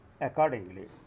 accordingly